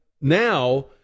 Now